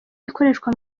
ikoreshwa